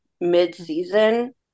mid-season